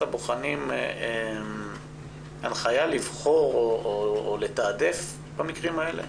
הבוחנים הנחיה לבחור או לתעדף במקרים האלה?